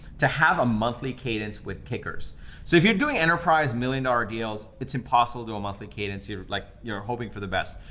to have a monthly cadence with kickers. so if you're doing enterprise million dollar deals, it's impossible to a monthly cadence, you're like, you're hoping for the best.